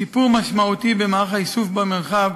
שיפור משמעותי במערך האיסוף במרחב,